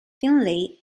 finley